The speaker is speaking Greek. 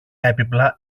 έπιπλα